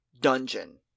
dungeon